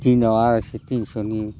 दिनाव आराइस' तिनस'नि